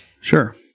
Sure